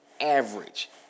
average